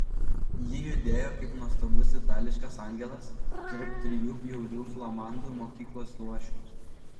ji judėjo kaip nuostabus itališkas angelas tarp trijų bjaurių flamandų mokyklos luošių